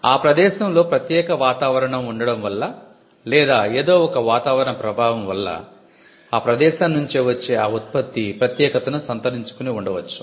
ఆ ప్రదేశంలో ప్రత్యేక వాతావరణం వుండడం వల్ల లేదా ఏదో ఒక వాతావరణం ప్రభావం వల్ల ఆ ప్రదేశాన్నుంచి వచ్చే ఆ ఉత్పత్తి ప్రత్యేకతను సంతరించుకుని ఉండవచ్చు